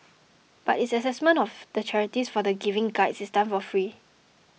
but its assessment of the charities for the Giving Guides is done for free